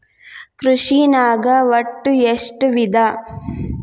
ಕೃಷಿನಾಗ್ ಒಟ್ಟ ಎಷ್ಟ ವಿಧ?